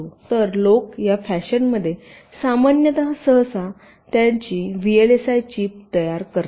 तर लोक या फॅशनमध्ये सामान्यत सहसा त्यांची व्हीएलएसआय चीप तयार करतात